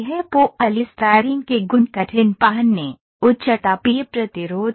polystyrene के गुण कठिन पहनने उच्च तापीय प्रतिरोध थे